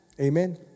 Amen